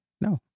No